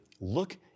look